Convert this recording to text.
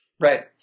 Right